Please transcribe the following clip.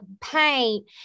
paint